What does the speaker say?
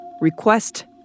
Request